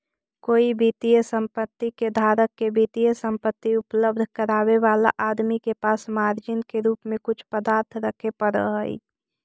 कोई वित्तीय संपत्ति के धारक के वित्तीय संपत्ति उपलब्ध करावे वाला आदमी के पास मार्जिन के रूप में कुछ पदार्थ रखे पड़ऽ हई